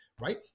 right